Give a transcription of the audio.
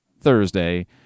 Thursday